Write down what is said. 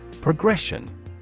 Progression